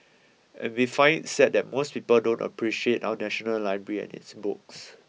and we find it sad that most people don't appreciate our national library and its books